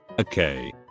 okay